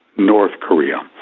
north korea.